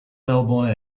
melbourne